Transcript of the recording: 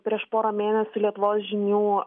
prieš porą mėnesių lietuvos žinių